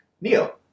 Neo